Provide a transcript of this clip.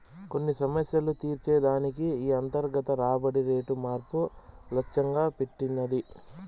కొన్ని సమస్యలు తీర్చే దానికి ఈ అంతర్గత రాబడి రేటు మార్పు లచ్చెంగా పెట్టినది